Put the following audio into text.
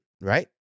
right